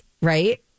Right